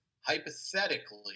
hypothetically